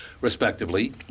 respectively